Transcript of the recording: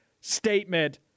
statement